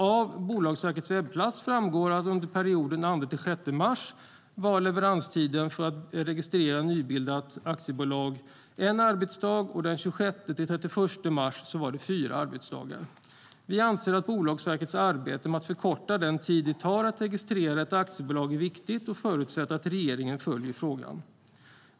Av Bolagsverkets webbplats framgår att tiden för att registrera nybildat aktiebolag under perioden den 2-6 mars var en arbetsdag och den 26-31 mars fyra arbetsdagar. Vi anser att Bolagsverkets arbete med att förkorta den tid det tar att registrera ett aktiebolag är viktigt och förutsätter att regeringen följer frågan.